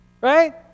Right